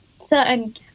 certain